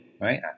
right